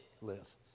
Live